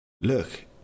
look